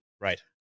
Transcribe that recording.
right